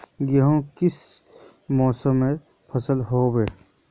गेहूँ किस मौसमेर फसल होय?